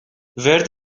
ورد